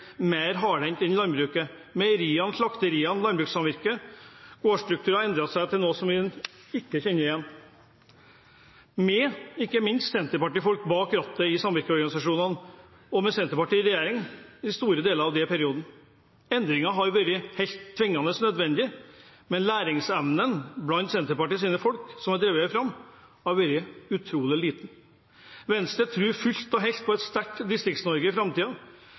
mer hardhendt enn landbruket. Meieriene, slakteriene, landbrukssamvirkene og gårdsstrukturen er endret til noe en ikke kjenner igjen, med ikke minst Senterparti-folk bak rattet i samvirkeorganisasjonene og med Senterpartiet i regjering i store deler av perioden. Endringene har vært helt tvingende nødvendige, men læringsevnen blant Senterparti-folkene som har drevet dem fram, har vært utrolig liten. Venstre tror fullt og helt på et sterkt Distrikts-Norge i